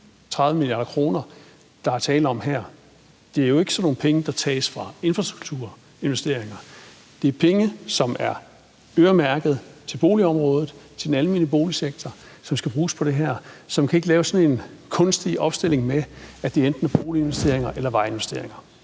30 mia. kr., der er tale om her. Det er jo ikke sådan nogle penge, der tages fra infrastrukturinvesteringer. Det er penge, som er øremærket til boligområdet, til den almene boligsektor, som skal bruges på det her. Så vi kan ikke lave sådan en kunstig opstilling om, at det enten er boliginvesteringer eller vejinvesteringer